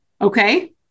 okay